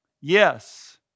Yes